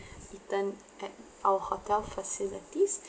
eaten at our hotel facilities